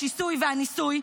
השיסוי והניסוי,